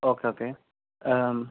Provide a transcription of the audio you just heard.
okay okay